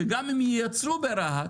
שגם אם ייצרו ברהט